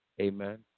Amen